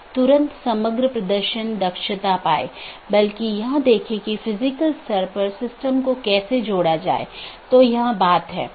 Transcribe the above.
कैसे यह एक विशेष नेटवर्क से एक पैकेट भेजने में मदद करता है विशेष रूप से एक ऑटॉनमस सिस्टम से दूसरे ऑटॉनमस सिस्टम में